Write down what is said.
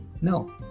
no